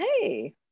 Hey